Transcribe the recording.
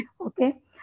okay